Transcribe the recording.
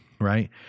right